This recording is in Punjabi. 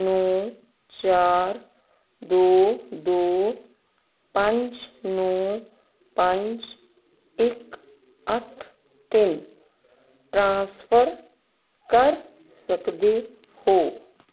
ਨੌਂ ਚਾਰ ਦੋ ਦੋ ਪੰਜ ਨੌਂ ਪੰਜ ਇੱਕ ਅੱਠ ਤਿੰਨ ਟ੍ਰਾਂਸਫਰ ਕਰ ਸਕਦੇ ਹੋ